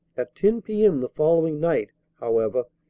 at ten p m. the following night, however,